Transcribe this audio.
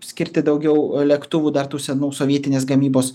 skirti daugiau lėktuvų dar tų senų sovietinės gamybos